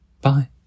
Bye